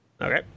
Okay